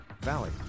Valley